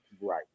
Right